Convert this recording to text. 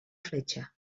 fletxa